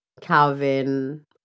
Calvin